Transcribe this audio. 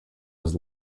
was